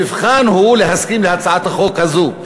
המבחן הוא להסכים להצעת החוק הזאת.